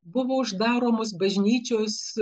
buvo uždaromos bažnyčios